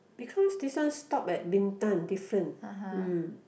because this one stop at Bintan different mm